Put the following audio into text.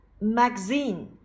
Magazine